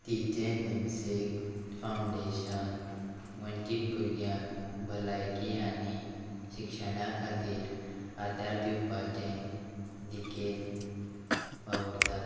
तीचें namesake foundation वंचीत भुरग्यांक भलायकी आनी शिक्षणा खातीर आदार दिवपाचें दिकेन वावुरता